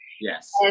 Yes